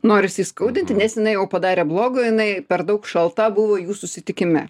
norisi įskaudinti nes jinai jau padarė blogo jinai per daug šalta buvo jų susitikime